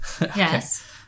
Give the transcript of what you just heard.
Yes